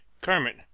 kermit